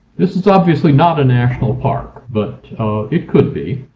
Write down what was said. this is obviously not a national park, but it could be.